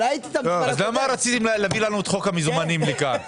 למה רצים להביא לנו את חוק המזומנים לכאן?